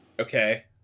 Okay